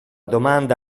domanda